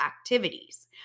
activities